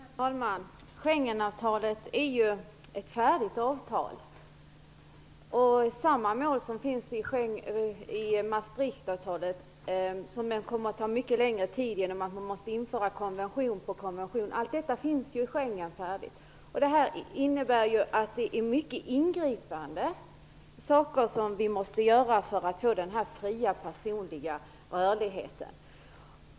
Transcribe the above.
Herr talman! Schengenavtalet är ju ett färdigt avtal. Att nå samma mål i Maastrichtavtalet kommer att ta mycket längre tid genom att man i detta måste genomföra konvention efter konvention. I Schengenavtalet är allt redan färdigt. Men vi måste vidta mycket ingripande åtgärder för att åstadkomma den fria personliga rörligheten.